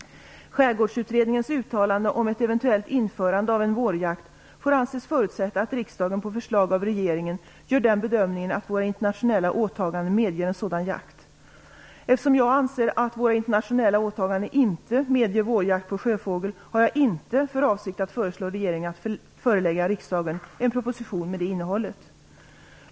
Skärgårdsutredningen uttalade att ett eventuellt införande av en vårjakt får anses förutsätta att riksdagen på förslag av regeringen gör den bedömningen att våra internationella åtaganden medger en sådan jakt. Eftersom jag anser att våra internationella åtaganden inte medger vårjakt på sjöfågel har jag inte för avsikt att föreslå regeringen att förelägga riksdagen en proposition med det innehållet.